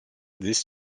this